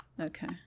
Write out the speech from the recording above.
Okay